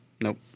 Nope